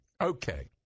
Okay